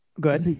Good